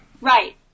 Right